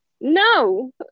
No